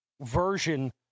version